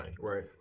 right